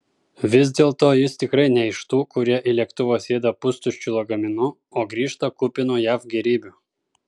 vis dėlto jis tikrai ne iš tų kurie į lėktuvą sėda pustuščiu lagaminu o grįžta kupinu jav gėrybių